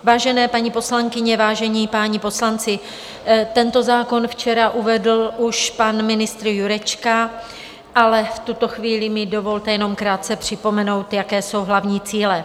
Vážené paní poslankyně, vážení páni poslanci, tento zákon včera uvedl už pan ministr Jurečka, ale v tuto chvíli mi dovolte jenom krátce připomenout, jaké jsou hlavní cíle.